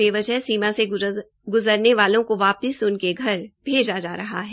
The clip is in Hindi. बेवजह सीमा से ग्जरने वालों को वापस उनके घर भेजा जा रहा है